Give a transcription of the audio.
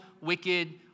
wicked